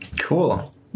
Cool